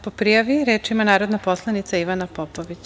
Po prijavi, reč ima narodna poslanica Ivana Popović.